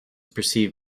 percieved